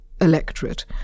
electorate